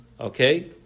Okay